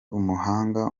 umuhanga